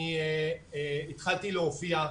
אני התחלתי להופיע.